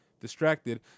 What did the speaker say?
distracted